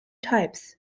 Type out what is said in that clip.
types